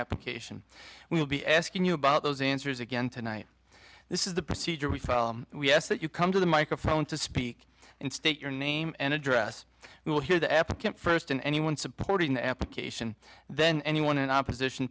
application will be asking you about those answers again tonight this is the procedure we follow we ask that you come to the microphone to speak and state your name and address we will hear the applicant first and anyone supporting the application then anyone in opposition